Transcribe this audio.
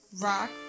Rock